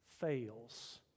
fails